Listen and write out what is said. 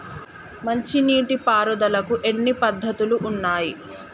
మంచి నీటి పారుదలకి ఎన్ని పద్దతులు ఉన్నాయి?